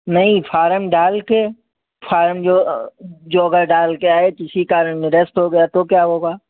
नहीं फारम डाल कर फारम जो जो अगर डाल कर आए किसी कारण में दस्त हो गया तो क्या होगा